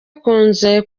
akunda